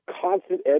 Constant